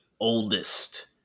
oldest